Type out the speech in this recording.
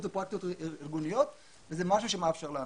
ופרקטיקות ארגוניות וזה משהו שמאפשר לנו.